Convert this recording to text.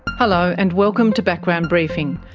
hello, and welcome to background briefing.